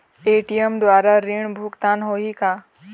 ATM द्वारा ऋण भुगतान होही का?